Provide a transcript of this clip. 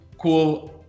cool